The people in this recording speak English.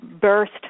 burst